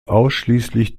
ausschließlich